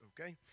okay